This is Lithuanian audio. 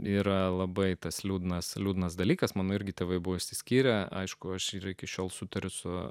yra labai tas liūdnas liūdnas dalykas mano irgi tėvai buvo išsiskyrę aišku aš ir iki šiol sutariu su